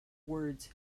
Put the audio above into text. words